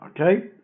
Okay